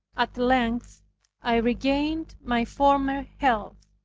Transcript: at length i regained my former health.